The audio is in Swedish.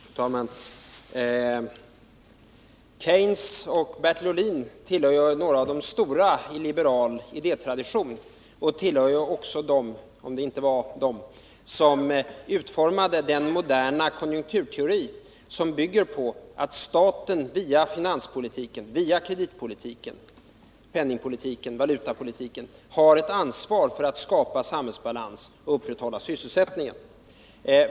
Fru talman! Keynes och Bertil Ohlin tillhör de stora i liberal idétradition och tillhör ju också dem — om det inte var just de — som utformade den moderna konjunkturteori som bygger på att staten via finanspolitiken, kreditpolitiken, penningpolitiken och valutapolitiken har ett ansvar för att skapa samhällsbalans och upprätthålla sysselsättningen.